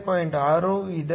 6 ಇದೆ